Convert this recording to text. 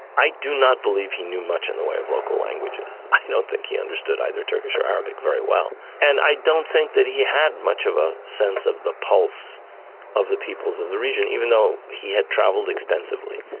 i do not believe he knew much in the way of local languages. i don't think he understood either turkish or arabic very well, and i don't think that he had much of a sense of the pulse of the peoples of the region, even though he had travelled extensively.